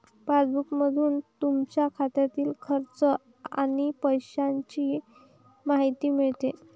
पासबुकमधून तुमच्या खात्यातील खर्च आणि पैशांची माहिती मिळते